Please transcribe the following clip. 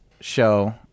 show